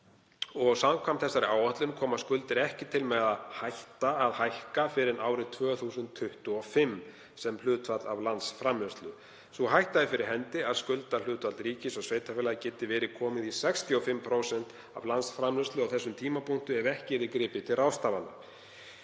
Samkvæmt þessari áætlun koma skuldir ekki til með að hætta að hækka fyrr en árið 2025 sem hlutfall af landsframleiðslu. Sú hætta er fyrir hendi að skuldahlutfall ríkis og sveitarfélaga geti verið komið í 65% af landsframleiðslu á þessum tímapunkti ef ekki verður gripið til ráðstafana.